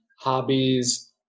hobbies